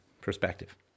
perspective